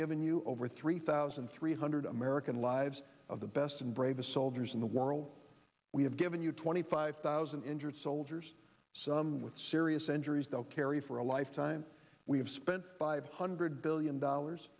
you over three thousand three hundred american lives of the best and bravest soldiers in the world we have given you twenty five thousand injured soldiers some with serious injuries they'll carry for a lifetime we have spent five hundred billion dollars